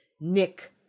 Nick